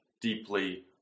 deeply